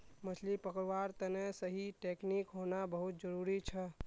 मछली पकड़वार तने सही टेक्नीक होना बहुत जरूरी छ